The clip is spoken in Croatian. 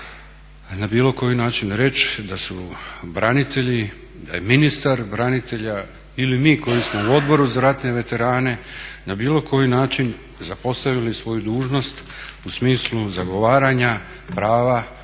na bilo koji način reći da su branitelji, da je ministar branitelja ili mi koji smo u Odboru za ratne veterane na bilo koji način zapostavili svoju dužnost u smislu zagovaranja prava